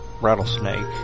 Rattlesnake